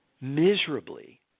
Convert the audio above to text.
miserably